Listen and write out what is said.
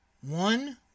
One